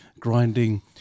grinding